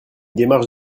démarche